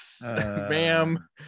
bam